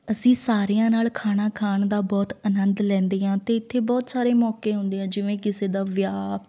ਅਸੀਂ ਸਾਰਿਆਂ ਨਾਲ਼ ਖਾਣਾ ਖਾਣ ਦਾ ਬਹੁਤ ਆਨੰਦ ਲੈਂਦੇ ਹਾਂ ਅਤੇ ਇਥੇ ਬਹੁਤ ਸਾਰੇ ਮੌਕੇ ਆਉਂਦੇ ਆ ਜਿਵੇਂ ਕਿਸੇ ਦਾ ਵਿਆਹ